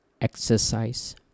exercise